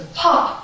pop